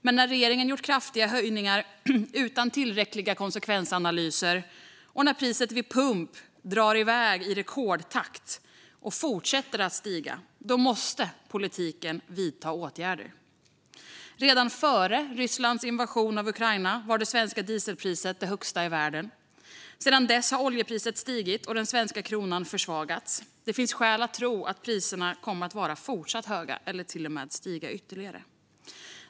Men när regeringen gjort kraftiga höjningar utan tillräckliga konsekvensanalyser och när priset vid pump drar iväg i rekordtakt och fortsätter stiga måste politiken vidta åtgärder. Redan före Rysslands invasion av Ukraina var det svenska dieselpriset det högsta i världen. Sedan dess har oljepriset stigit och den svenska kronan försvagats. Det finns skäl att tro att priserna kommer att förbli höga eller till och med stiga ytterligare.